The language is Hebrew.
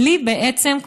בלי בעצם,